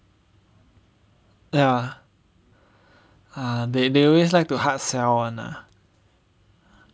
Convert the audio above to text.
ya ah they they always like to hard sell [one] lah